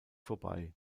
vorbei